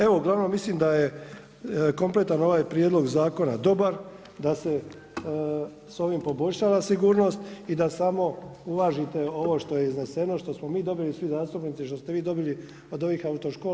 Evo, uglavnom mislim da je kompletan ovaj prijedlog zakona dobar, da se s ovim poboljšava sigurnost i da samo uvažite ovo što je izneseno, što smo mi dobili svi zastupnici, što ste vi dobili od ovih autoškola.